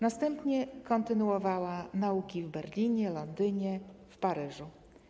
Następnie kontynuowała naukę w Berlinie, Londynie i Paryżu.